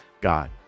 God